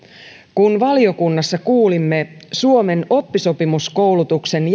kun valiokunnassa kuulimme suomen oppisopimuskoulutuksen